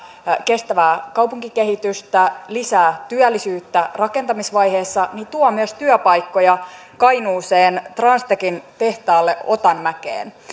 kestävää kaupunkikehitystä lisää työllisyyttä rakentamisvaiheessa myös tuo työpaikkoja kainuuseen transtechin tehtaalle otanmäkeen